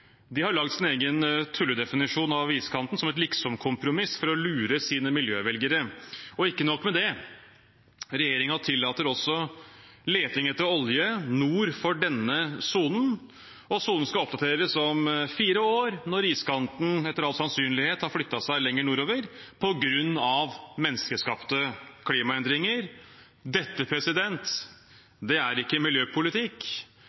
De har lagd sin egen tulledefinisjon av iskanten som et liksom-kompromiss for å lure sine miljøvelgere. Og ikke nok med det: Regjeringen tillater også leting etter olje nord for denne sonen, og sonen skal oppdateres om fire år, når iskanten etter all sannsynlighet har flyttet seg lenger nordover på grunn av menneskeskapte klimaendringer. Dette